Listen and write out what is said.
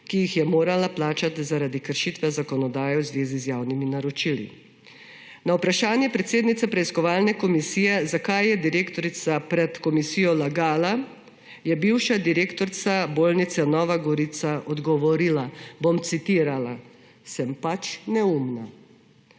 ki jih je morala plačati zaradi kršitve zakonodaje v zvezi z javnimi naročili. Na vprašanje predsednice preiskovalne komisije, zakaj je direktorica pred komisijo lagala, je bivša direktorica Bolnice Nova Gorica odgovorila, bom citirala: »Sem pač neumna.«